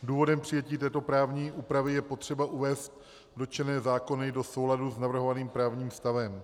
Důvodem přijetí této právní úpravy je potřeba uvést dotčené zákony do souladu s navrhovaným právním stavem.